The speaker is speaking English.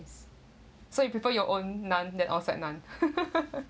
so you prefer your own naan than outside naan